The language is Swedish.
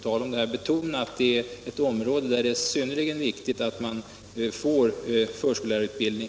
Jag vill betona att det är ett område där det är synnerligen viktigt att man får förskollärarutbildning.